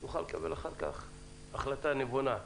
כך נוכל לקבל החלטה נבונה.